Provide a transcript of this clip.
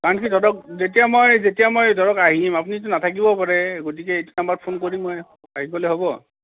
ধৰক যেতিয়া যেতিয়া মই ধৰক আহিম আপুনিতো নাথাকিবও পাৰে গতিকে এইটো নাম্বাৰত ফোন কৰিম মই আহি পালে হ'ব